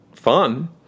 fun